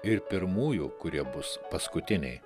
ir pirmųjų kurie bus paskutiniai